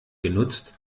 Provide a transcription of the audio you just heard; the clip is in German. genutzt